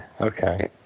Okay